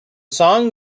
song